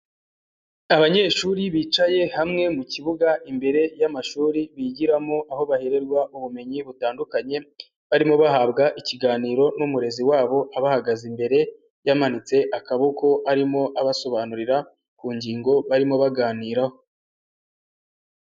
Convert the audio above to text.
Abanyeshuri bicaye hamwe mu kibuga imbere y'amashuri bigiramo aho bahererwa ubumenyi butandukanye, barimo bahabwa ikiganiro n'umurezi wabo abahagaze imbere, yamanitse akaboko arimo abasobanurira ku ngingo barimo baganiraho.